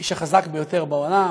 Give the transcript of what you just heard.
האיש החזק ביותר בעולם,